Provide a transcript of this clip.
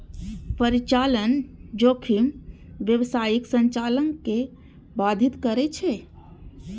परिचालन जोखिम व्यावसायिक संचालन कें बाधित करै छै